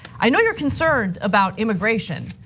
i know you're concerned about immigration.